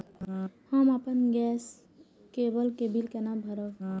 हम अपन गैस केवल के बिल केना भरब?